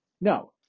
No